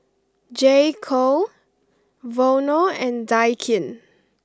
J Co Vono and Daikin